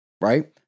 Right